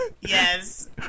Yes